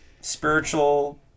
spiritual